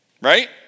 right